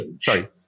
Sorry